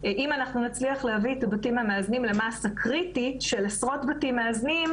אם נצליח להביא את הבתים המאזנים למסה קריטית של עשרות בתים מאזנים,